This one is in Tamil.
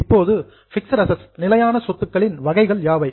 இப்போது பிக்ஸட் ஆசெட்ஸ் நிலையான சொத்துக்களின் வகைகள் யாவை